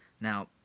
Now